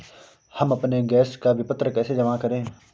हम अपने गैस का विपत्र कैसे जमा करें?